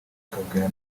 akabwira